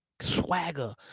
swagger